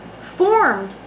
formed